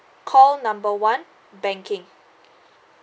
call number one banking